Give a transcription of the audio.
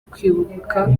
kwibuka